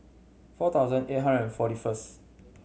four thousand eight hundred and forty first